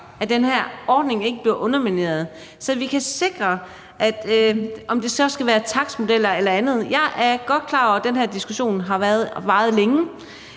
at den her ordning ikke bliver undermineret – om det så skal være takstmodeller eller andet. Jeg er godt klar over, at den her diskussion har varet længe.